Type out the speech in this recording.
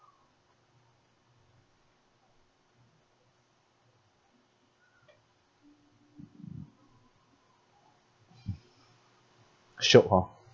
shiok hor